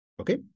okay